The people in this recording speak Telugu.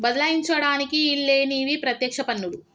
బదలాయించడానికి ఈల్లేనివి పత్యక్ష పన్నులు